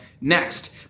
next